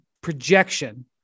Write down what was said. projection